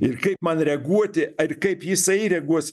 ir kaip man reaguoti ir kaip jisai reaguos